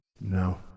No